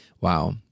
Wow